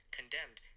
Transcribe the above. Condemned